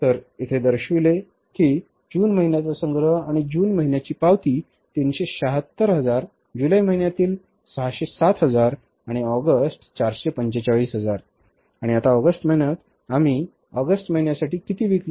तर तेथे दर्शवेल की जून महिन्याचा संग्रह किंवा जून महिन्याची पावती 376 हजार जुलै महिन्यातील 607 हजार आणि ऑगस्ट 445 हजार आणि आता ऑगस्ट महिन्यात आम्ही ऑगस्ट महिन्यासाठी किती विकले